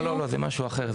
לא, זה משהו אחר.